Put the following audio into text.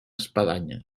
espadanya